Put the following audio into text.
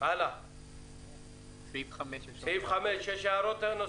סעיף 5 יש הערות?